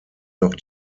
noch